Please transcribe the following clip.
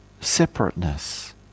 separateness